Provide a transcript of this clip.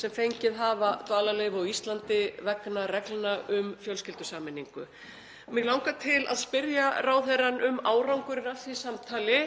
sem fengið hefur dvalarleyfi á Íslandi vegna reglna um fjölskyldusameiningu. Mig langar til að spyrja ráðherrann um árangurinn af því samtali,